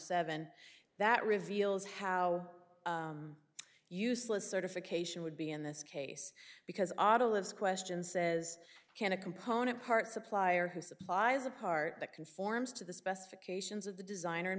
seven that reveals how useless certification would be in this case because auto lives question says can a component parts supplier who supplies a part that conforms to the specifications of the designer man